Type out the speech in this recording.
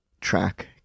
track